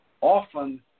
often